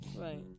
right